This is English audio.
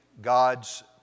God's